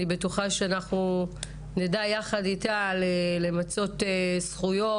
אני בטוחה שאנחנו נדע יחד איתה למצות זכויות,